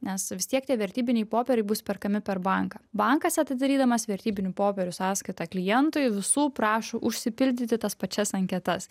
nes vis tiek tie vertybiniai popieriai bus perkami per banką bankas atidarydamas vertybinių popierių sąskaitą klientui visų prašo užsipildyti tas pačias anketas